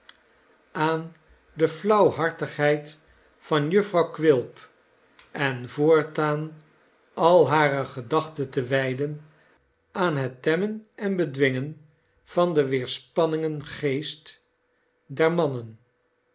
aan de flauwhartigheid van jufvrouw quilp en voortaan al hare gedachten te wij den aan het temmen en bedwingen van den weerspannigen geest der mannen